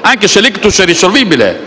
anche se l'ictus è curabile